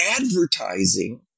advertising